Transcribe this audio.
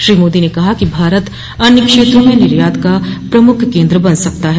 श्री मोदी ने कहा कि भारत अन्य क्षेत्रों में निर्यात का प्रमुख केन्द्र बन सकता है